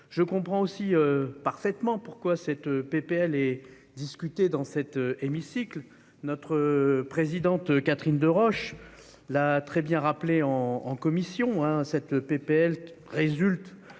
je comprends aussi parfaitement pourquoi elle est discutée dans cet hémicycle. Notre présidente, Catherine Deroche, l'a rappelé en commission : ce texte résulte